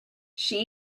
she